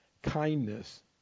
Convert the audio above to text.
Kindness